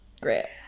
Great